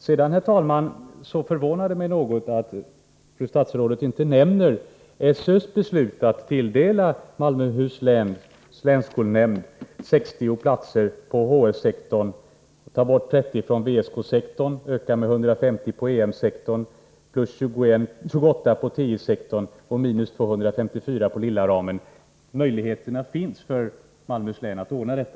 Sedan, herr talman, förvånar det mig något att fru statsrådet inte nämner SÖ:s beslut att tilldela Malmöhus läns länsskolnämnd 60 platser på HS sektorn, ta bort 30 platser från VSK-sektorn, öka med 150 platser på EM-sektorn, öka med 28 platser på TI-sektorn och ta bort 254 platser från den lilla ramen. Möjligheterna finns för Malmöhus län att ordna detta.